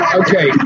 okay